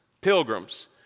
pilgrims